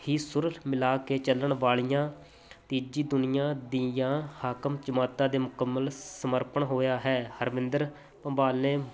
ਹੀ ਸੁਰ ਮਿਲਾ ਕੇ ਚੱਲਣ ਵਾਲੀਆਂ ਤੀਜੀ ਦੁਨੀਆ ਦੀਆਂ ਹਾਕਮ ਜਮਾਤਾਂ ਦੇ ਮੁਕੰਮਲ ਸਮਰਪਣ ਹੋਇਆ ਹੈ ਹਰਵਿੰਦਰ ਭੰਬਾਲ ਨੇ